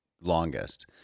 longest